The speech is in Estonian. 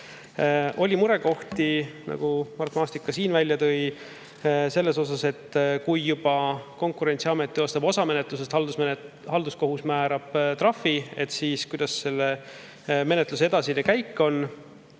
Oli murekohti, nagu Mart Maastik ka siin välja tõi, seoses sellega, et kui Konkurentsiamet teostab osa menetlusest ja halduskohus määrab trahvi, siis kuidas selle menetluse edasine käik on.